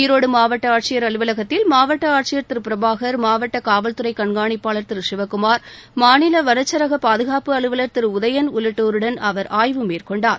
ஈரோடு மாவட்ட ஆட்சியர் அலுவலகத்தில் மாவட்ட ஆட்சியர் திரு பிரபாகர் மாவட்ட காவல் துறை கண்காணிப்பாளர் திரு சிவக்குமார் மாநில வனச்சரக பாதுகாப்பு அலுவலர் திரு உதயன் உள்ளிட்டோருடன் அவர் ஆய்வு மேற்கொண்டார்